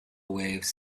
waves